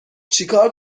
چیکار